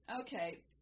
Okay